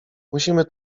musimy